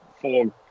four